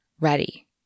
ready